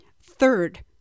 Third